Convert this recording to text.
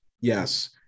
Yes